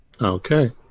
Okay